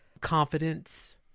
confidence